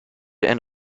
and